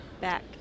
back